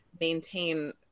maintain